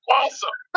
awesome